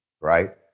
right